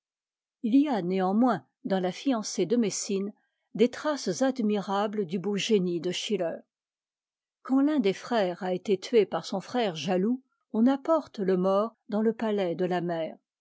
il y a néanmoins dans la fiancée de messine des traces admirables du beau génie de schiller quand l'un des frères a été tué par son frère jaloux on apporte le mort dans le palais de la mère